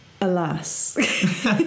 Alas